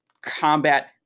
Combat